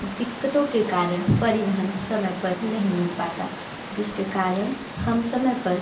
दिक्कतों के कारण परिवहन समय पर नहीं मिल पाता जिसके कारण हम समय पर